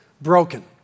broken